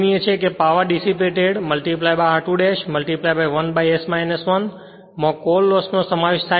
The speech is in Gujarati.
નોંધનીય છે કે પાવર ડિસિપેટેડ r2 ' 1 s 1 માં કોર લોસ નો સમાવેશ થાય છે